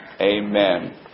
Amen